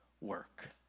work